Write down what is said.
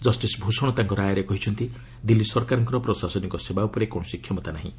justice Bhushan ତାଙ୍କ ରାୟରେ କହିଛନ୍ତି ଦିଲ୍ଲୀ ସରକାରଙ୍କର ପ୍ରଶାସନିକ ସେବା ଉପରେ କୌଣସି କ୍ଷମତା ନାହିଁ